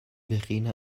verena